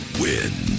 win